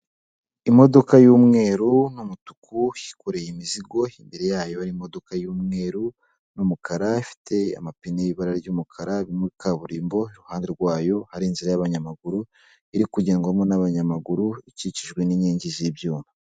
Imodoka y'umweru n'umutuku yikoreye imizigo, imbere yayo hari imodoka y'umweru n'umukara, ifite amapine y'ibara ry'umukara , iri muri kaburimbo iruhande rwayo hari inzira y'abanyamaguru, iri kugengwamo n'abanyamaguru ikikijwe n'inkingi z'ibyuma.